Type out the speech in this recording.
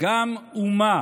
גם אומה